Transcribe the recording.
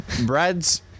Brad's